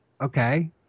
Okay